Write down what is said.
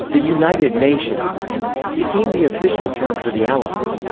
the united nations became the official term for the allies.